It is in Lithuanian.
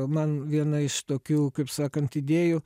man viena iš tokių kaip sakant idėjų